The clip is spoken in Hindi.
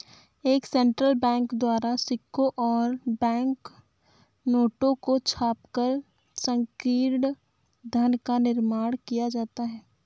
एक सेंट्रल बैंक द्वारा सिक्कों और बैंक नोटों को छापकर संकीर्ण धन का निर्माण किया जाता है